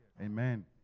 Amen